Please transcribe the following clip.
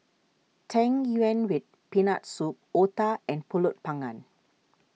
Tang Yuen with Peanut Soup Otah and Pulut Panggang